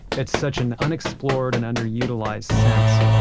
it's such an unexplored and underutilized sense.